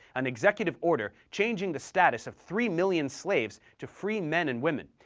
an executive order changing the status of three million slaves to free men and women,